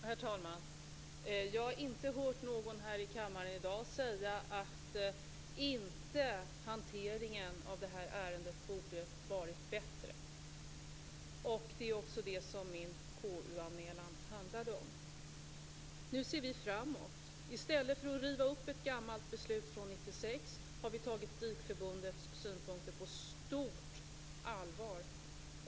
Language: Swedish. Herr talman! Jag har inte hört någon här i kammaren i dag säga att hanteringen av detta ärende inte borde ha varit bättre. Det är också detta som min KU anmälan handlade om. Nu ser vi framåt. I stället för att riva upp ett gammalt beslut från 1996 har vi tagit DIK-förbundets synpunkter på stort allvar.